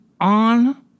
on